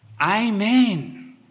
Amen